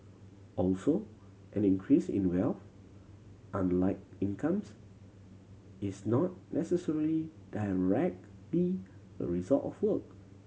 also an increase in wealth unlike incomes is not necessarily directly a result of work